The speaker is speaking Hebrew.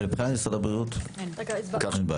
מבחינת משרד הבריאות אין בעיה.